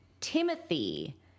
Timothy